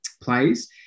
plays